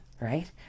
Right